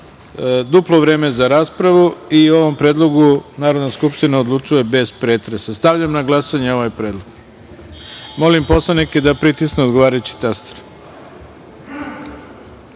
duplo vreme za raspravu i o ovom Predlogu Narodna skupština odlučuje bez pretresa. Stavljam na glasanje ovaj Predlog. Molim poslanike da pritisnu odgovarajući